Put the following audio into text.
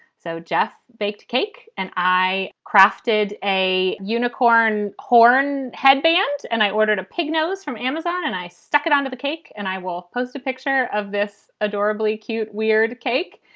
so jeff baked cake and i crafted a unicorn horn headband and i ordered a pig nose from amazon and i stuck it onto the cake. and i will post a picture of this adorably cute, weird cake.